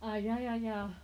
err ya ya ya